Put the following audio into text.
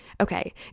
Okay